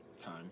time